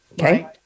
Okay